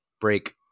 break